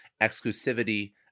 exclusivity